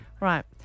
Right